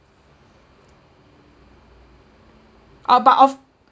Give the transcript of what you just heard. oh but of